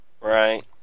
Right